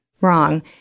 wrong